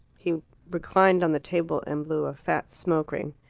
he reclined on the table and blew a fat smoke-ring.